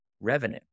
revenue